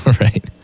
Right